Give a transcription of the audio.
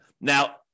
Now